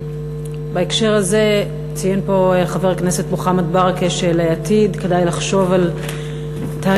בהקשר הזה ציין פה חבר הכנסת מוחמד ברכה שלעתיד כדאי לחשוב על תהליך